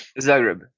Zagreb